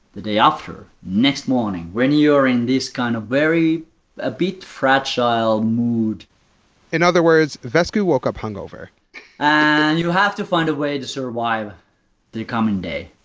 the day after, next morning, when you are in this kind of very a bit fragile mood in other words, vesku woke up hung over and you have to find a way to survive the coming day.